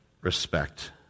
respect